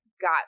got